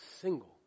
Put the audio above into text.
single